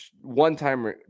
one-time